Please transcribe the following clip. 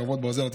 חרבות ברזל),